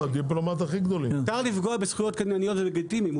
מותר לפגוע בזכויות קנייניות זה לגיטימי,